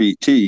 PT